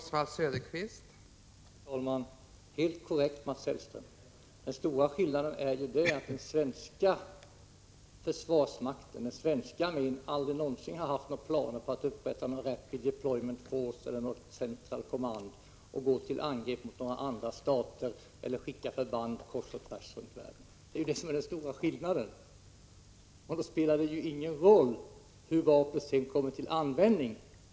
Fru talman! Det är helt korrekt, Mats Hellström. Den stora skillnaden är att den svenska försvarsmakten och den svenska armén aldrig någonsin haft några planer på att upprätta någon Rapid Deployment Force eller någon Central Command för att gå till angrepp mot andra stater eller skicka förband kors och tvärs runt världen. Det är detta som är den stora skillnaden, och då spelar det ingen roll hur vapnet kommer till användning.